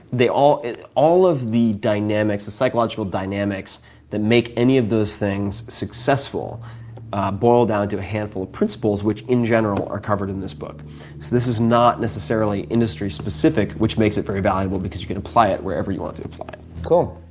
they all all of the dynamics the psychological dynamics that make any of those things successful boil down to a handful a principles, which in general are covered in this book. so this is not necessarily industry specific, which makes it very valuable because you can apply it wherever you want to. cool.